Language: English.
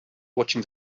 watching